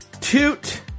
toot